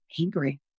angry